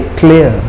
clear